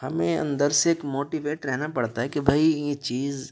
ہمیں اندر سے ایک موٹیویٹ رہنا پڑتا ہے کہ بھائی یہ چیز